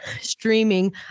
streaming